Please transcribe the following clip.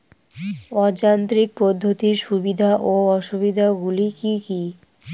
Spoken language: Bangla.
অযান্ত্রিক পদ্ধতির সুবিধা ও অসুবিধা গুলি কি কি?